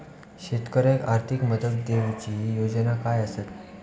शेतकऱ्याक आर्थिक मदत देऊची योजना काय आसत?